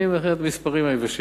אני אומר לכם את המספרים היבשים.